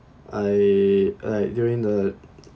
I like during the